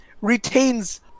retains